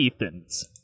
Ethan's